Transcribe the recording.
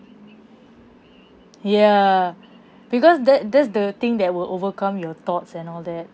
ya because that that's the thing that will overcome your thoughts and all that